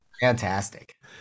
Fantastic